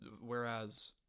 Whereas